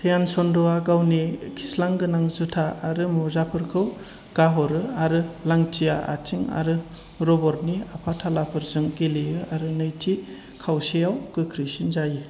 ध्यान चन्द'आ गावनि खिस्लां गोनां जुथाफोर आरो मुजाफोरखौ गारहरो आरो लांथिया आथिं आरो रबरनि आफाथालाफोरजों गेलेयो आरो नैथि खावसेयाव गोख्रैसिन जायो